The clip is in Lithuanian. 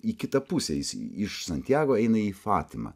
į kitą pusę jis iš santjagą eina į fatimą